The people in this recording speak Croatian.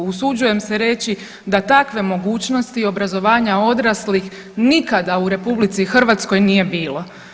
Usuđujem se reći da takve mogućnosti obrazovanja odraslih nikada u RH nije bilo.